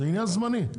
זה עניין זמני.